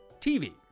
TV